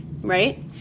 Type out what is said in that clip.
right